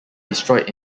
destroyed